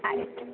ಆಯ್ತು